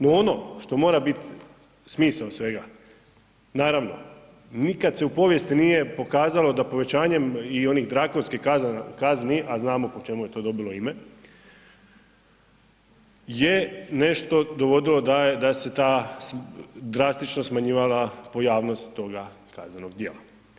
No ono što mora biti smisao svega, naravno nikad se u povijesti nije pokazalo da povećanjem i onih drakonskih kazni, a znamo po čemu je to dobilo ime, je nešto dovodilo da se ta drastično smanjivala pojavnost toga kaznenog djela.